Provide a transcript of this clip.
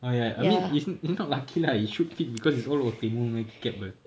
ah ya I mean it's not lucky lah it should fit because it's all out punya key cap apa